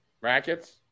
Rackets